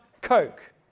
Coke